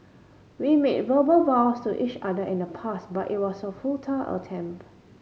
we made verbal vows to each other in the past but it was a futile attempt